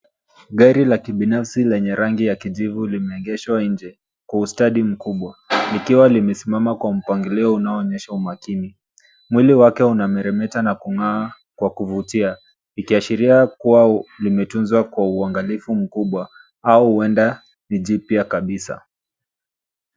Gari la kibinafsi lenye rangi ya kijivu limeegeshwa nje kwa ustadi mkubwa likiwa limesimama kwa mpangilio unaoonyesha umakini mwili wake unameremeta na kung'aa kwa kuvutia ikiashiria kuwa limetunzwa kwa uangalifu mkubwa au huenda ni jipya kabisa.